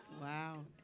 Wow